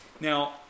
Now